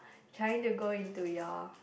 trying to go into your